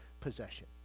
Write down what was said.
possession